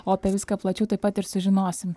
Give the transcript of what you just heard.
o apie viską plačiau tuoj pat ir sužinosim